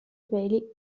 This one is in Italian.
peli